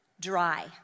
dry